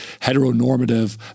heteronormative